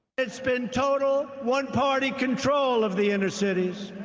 it's been total one party control of the inner cities.